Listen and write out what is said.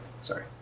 sorry